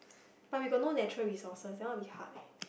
but we got no natural resources that one a bit hard leh